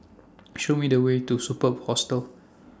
Show Me The Way to Superb Hostel